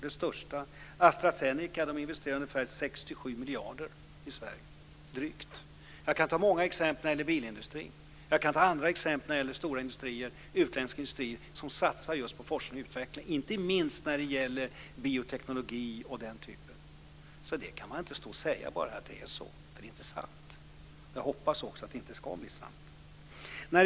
Det största är Astra Zeneca, som investerar drygt 6-7 miljarder i Sverige. Jag kan ta många exempel inom bilindustrin. Jag kan ta andra exempel inom stora industrier, utländska industrier, som satsar just på forskning och utveckling - inte minst på bioteknologi och den typen av forskning. Man kan inte bara stå och säga att man inte investerar i Sverige, för det är inte sant, och jag hoppas också att det inte ska bli sant.